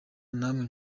namwe